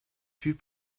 fut